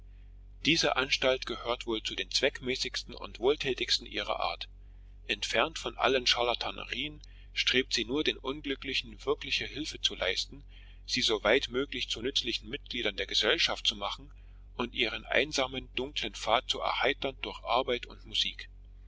diese anstalt gehört wohl zu den zweckmäßigsten und wohltätigsten ihrer art entfernt von allen scharlatanerien strebt sie nur den unglücklichen wirkliche hilfe zu leisten sie soweit möglich zu nützlichen mitgliedern der gesellschaft zu machen und ihren einsamen dunklen pfad zu erheitern durch arbeit und musik